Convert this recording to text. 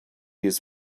this